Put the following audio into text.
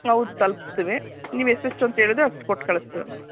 ಹೌದ್ ತಲ್ಪಿಸ್ತೀವಿ ನೀವು ಎಷ್ಟೆಷ್ಟು ಅಂತ ಹೇಳಿದರೆ ಅಷ್ಟು ಕೊಟ್ಟು ಕಳಿಸ್ತೀವಮ್ಮ